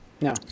No